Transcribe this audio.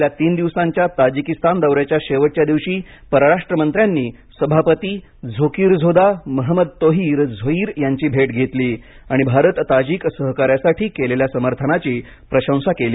आपल्या तीन दिवसांच्या ताजिकिस्तान दौऱ्याच्या शेवटच्या दिवशी परराष्ट्रमंत्र्यांनी सभापती झोकिरझोदा महमदतोहीर झोइर यांची भेट घेतली आणि भारत ताजिक सहकार्यासाठी केलेल्या समर्थनाची प्रशंसा केली